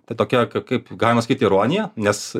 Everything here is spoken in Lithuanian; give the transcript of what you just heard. tai tokia kai kaip galima sakyt ironija nes